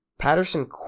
Patterson